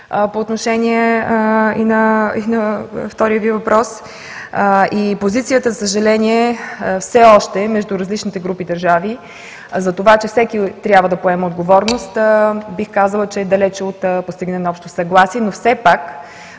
по отношение на втория Ви въпрос. Позицията, за съжаление, все още е между различните групи държави – за това, че всеки трябва да поеме отговорност. Бих казала, че е далече от постигане на общо съгласие, но все пак